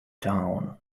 town